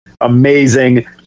Amazing